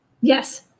Yes